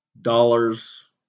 dollars